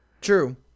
True